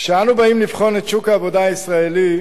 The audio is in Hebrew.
כשאנו באים לבחון את שוק העבודה הישראלי,